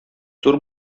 зур